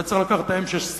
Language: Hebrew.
והיה צריך לקחת את ה-M-16 ביד,